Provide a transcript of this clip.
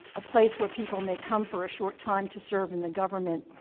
a place where people may come for a short time to serve in the government,